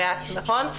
נכון?